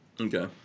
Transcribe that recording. Okay